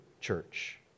church